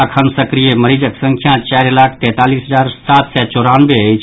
अखन सक्रिय मरीजक संख्या चारि लाख तैतालिस हजार सात सय चौरानवे अछि